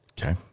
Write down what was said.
Okay